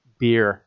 beer